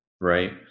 Right